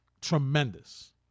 tremendous